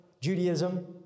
Judaism